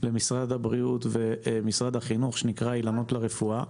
למשרד הבריאות ומשרד החינוך שנקרא "אילנות לרפואה".